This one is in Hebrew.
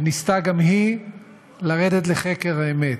שניסתה גם היא לרדת לחקר האמת,